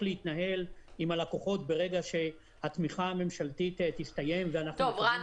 להתנהל עם הלקוחות ברגע שהתמיכה הממשלתית תסתיים --- טוב רן,